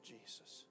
Jesus